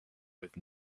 with